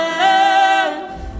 love